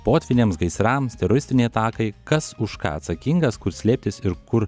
potvyniams gaisrams teroristinei atakai kas už ką atsakingas kur slėptis ir kur